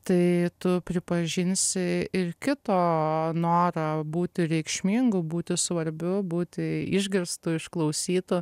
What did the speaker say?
tai tu pripažinsi ir kito norą būti reikšmingu būti svarbiu būti išgirstu išklausytu